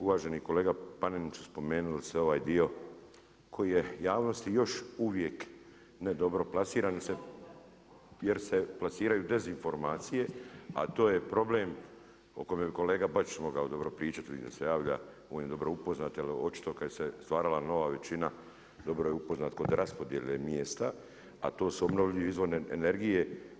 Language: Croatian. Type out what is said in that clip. Uvaženi kolega Panenić, spomenuli ste ovaj dio koji je javnosti još uvijek ne dobro plasiran jer se plasiraju dezinformacije a to je problem o kojem bi kolega Bačić mogao dobro pričati, vidim da se javlja, on je dobro upoznat, jer očito kada se stvarala nova većina dobro je upoznat kod raspodjele mjesta a to su obnovljivi izvori energije.